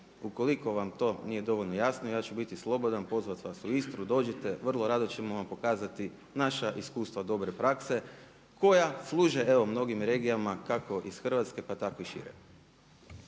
ukoliko vam to nije dovoljno jasno ja ću biti slobodan pozvati vas u Istru, dođite, vrlo rado ćemo vam pokazati naša iskustva dobre prakse koja služe evo mnogim regijama kako iz Hrvatske pa tako i šire.